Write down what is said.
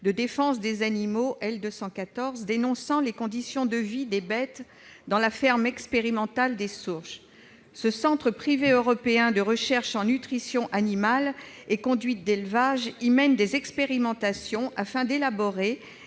en ligne une vidéo qui dénonce les conditions de vie des bêtes dans la ferme expérimentale de Sourches. Ce centre privé européen de recherches en nutrition animale et conduite d'élevage y mène des expérimentations, afin d'élaborer